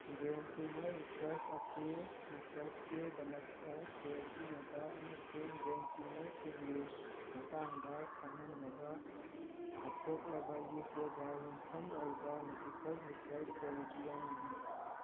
brain tumour research ꯑꯁꯤ ꯔꯤꯁꯔꯁꯀꯤ ꯗꯃꯛꯇ ꯁꯦꯜ ꯄꯤꯅꯕ ꯑꯃꯁꯨꯡ ꯕ꯭ꯔꯦꯟ ꯇꯤꯌꯨꯃꯔꯁꯤꯡꯒꯤ ꯃꯇꯥꯡꯗ ꯈꯪꯍꯟꯅꯕ ꯀꯠꯊꯣꯛꯂꯕ ꯌꯨꯀꯦꯗ ꯌꯨꯝꯐꯝ ꯑꯣꯏꯕ ꯃꯦꯗꯤꯀꯜ ꯔꯤꯁꯔꯁ ꯆꯦꯔꯤꯇꯤ ꯑꯃꯅꯤ